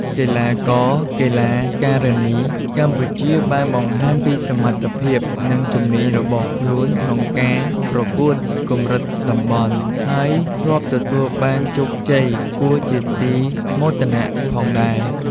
កីឡាករ-កីឡាការិនីកម្ពុជាបានបង្ហាញពីសមត្ថភាព និងជំនាញរបស់ខ្លួនក្នុងការប្រកួតកម្រិតតំបន់ ហើយធ្លាប់ទទួលបាន ជោគជ័យ គួរជាទីមោទនៈផងដែរ។